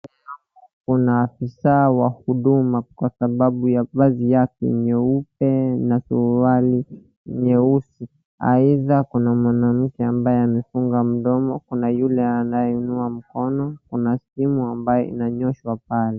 Mbele kuna afisa wa huduma kwa sababu ya vazi lake nyeupe na suruali nyeusi, aidha kuna mwanamke ambaye amefunga mdomo, kuna yule ambaye anainua mkono, kuna simu inanyoshwa pale.